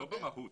לא במהות.